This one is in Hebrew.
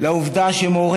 לעובדה שמורה